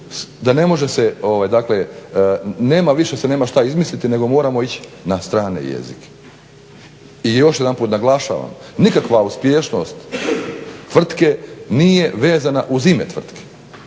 da ne može se dakle nema se više šta izmisliti nego moramo ići na strane jezike. I još jednom naglašavam, nikakva uspješnost tvrtke nije vezana uz ime tvrtke